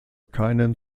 keinen